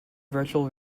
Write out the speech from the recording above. virtual